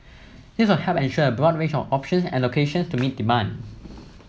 this will help ensure a broad range of options and locations to meet demand